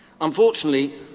Unfortunately